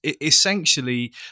essentially